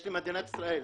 יש לי מדינת ישראל,